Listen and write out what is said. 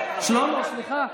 סליחה,